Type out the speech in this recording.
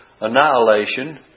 annihilation